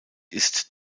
ist